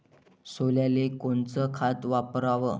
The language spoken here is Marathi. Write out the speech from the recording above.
सोल्याले कोनचं खत वापराव?